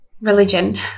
religion